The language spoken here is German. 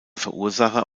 verursacher